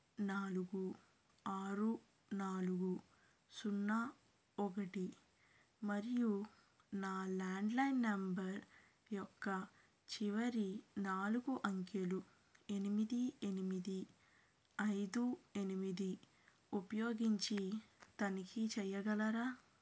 నాలుగు ఆరు నాలుగు సున్నా ఒకటి మరియు నా ల్యాండ్లైన్ నంబర్ యొక్క చివరి నాలుగు అంకెలు ఎనిమిది ఎనిమిది ఐదు ఎనిమిది ఉపయోగించి తనిఖీ చెయ్యగలరా